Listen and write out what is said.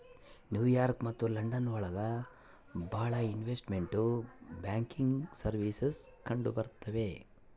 new York ಮತ್ತು London ಒಳಗ ಭಾಳ ಇನ್ವೆಸ್ಟ್ಮೆಂಟ್ ಬ್ಯಾಂಕಿಂಗ್ ಸರ್ವೀಸಸ್ ಕಂಡುಬರ್ತವೆ